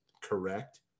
correct